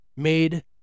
Made